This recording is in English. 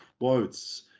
quotes